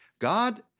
God